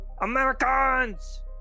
Americans